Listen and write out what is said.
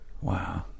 Wow